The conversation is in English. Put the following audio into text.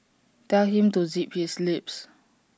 tell him to zip his lip